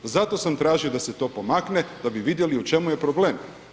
Zato sam tražio da se to pomakne da bi vidjeli u čemu je problem.